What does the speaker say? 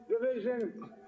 Division